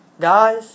Guys